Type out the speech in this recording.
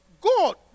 God